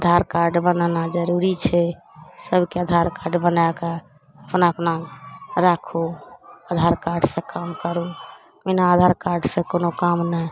आधार कार्ड बनाना जरूरी छै सभके आधार कार्ड बनैके अपना अपना राखू आधार कार्डसे काम करू बिना आधार कार्डसे कोनो काम नहि